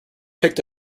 picked